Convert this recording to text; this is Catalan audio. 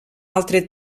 altre